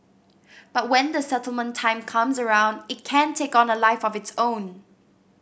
but when the settlement time comes around it can take on a life of its own